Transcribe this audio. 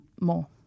more